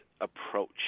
approach